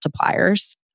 multipliers